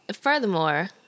Furthermore